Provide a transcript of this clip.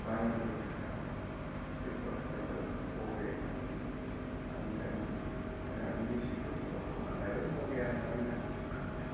கலைஞர்கள் இருக்காங்க சிற்பக்கலைகள் ஓவியக்கலை அண்ட் தென் மியூசிக்கில் சொல்லப் போனா நிறையா வகையான கலைஞர்கள் இருக்காங்க